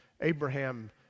Abraham